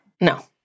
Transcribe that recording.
No